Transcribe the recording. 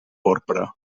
porpra